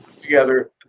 together